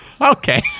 Okay